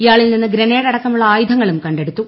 ഇയാളിൽ നിന്ന് ഗ്രനേഡ് അടക്കമുള്ള ആയുധനങ്ങളും കണ്ടെടുത്തു